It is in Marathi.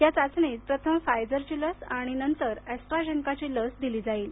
या चाचणीत प्रथम फायझरची लस आणि नंतर एस्ट्राझेन्काची लस दिली जाईल